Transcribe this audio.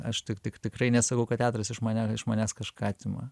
aš tik tik tikrai nesakau kad teatras iš manęs iš manęs kažką atima